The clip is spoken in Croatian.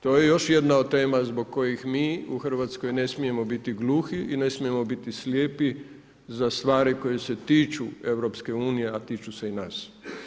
To je još jedna tema zbog kojih mi u Hrvatskoj ne smijemo biti gluhi i ne smijemo biti slijepi za stvari koje se tiču EU, a tiču se i nas.